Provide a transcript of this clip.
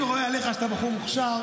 אני כבר שנים רואה עליך שאתה בחור מוכשר,